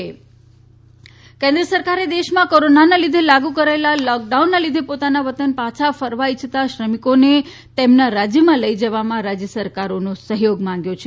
શ્રમિક કેન્ક્ર કેન્દ્ર સરકારે દેશમાં કોરોનાના લીધે લાગુ કરાયેલા લૉકડાઉનના લીધે પોતાના વતન પાછા ફરવા ઇચ્છતા શ્રમિકોને તેમના રાજ્યમાં લઇ જવામાં રાજ્ય સરકારોનો સહકાર માગ્યો છે